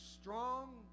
strong